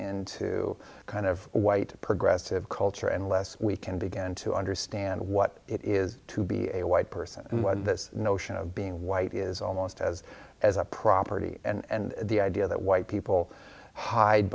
a kind of white progressive culture and less we can begin to understand what it is to be a white person and what this notion of being white is almost as as a property and the idea that white people hide